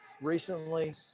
recently